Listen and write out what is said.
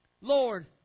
Lord